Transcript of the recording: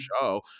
show